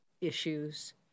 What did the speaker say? issues